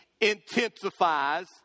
intensifies